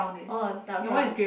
oh dark brown